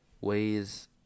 ways